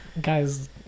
guys